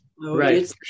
Right